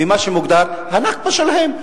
ומה שמוגדר ה"נכבה" שלהם?